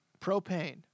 Propane